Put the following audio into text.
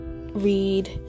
read